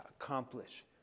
accomplish